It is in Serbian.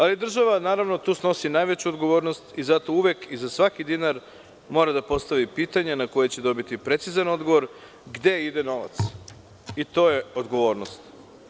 Ali, država tu snosi najveću odgovornost i zato uvek i za svaki dinar mora da postavi pitanje na koje će dobiti precizan odgovor gde ide novac i to je odgovornost.